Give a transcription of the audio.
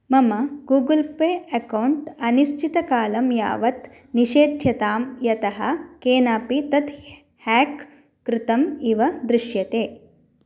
मम Google Pay account अनिश्चितकालं यावत् निषेध्यतां यतः केनापि तत् हेक् कृतम् इव दृश्यते